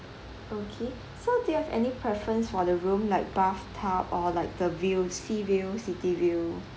okay so do you have any preference for the room like bath tub or like the view sea view city view